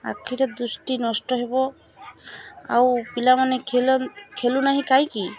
ଆଖିର ଦୃଷ୍ଟି ନଷ୍ଟ ହେବ ଆଉ ପିଲାମାନେ ଖେଲ ଖେଲୁନାହିଁ କାହିଁକି